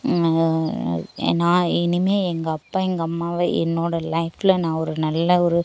நான் இனிமே எங்கள் அப்பா எங்கள் அம்மாவை என்னோட லைஃப்பில் நான் ஒரு நல்ல ஒரு